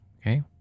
okay